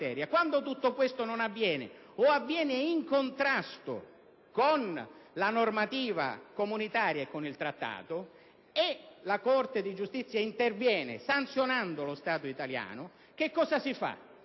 quando tutto questo non avviene, o avviene in contrasto con la normativa comunitaria e con il Trattato, e la Corte di giustizia interviene sanzionando lo Stato italiano, che cosa si fa?